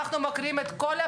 לא, אנחנו לא פותחים את זה.